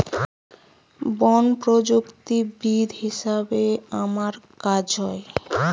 বন প্রযুক্তিবিদ হিসাবে আমার কাজ হ